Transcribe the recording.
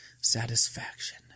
Satisfaction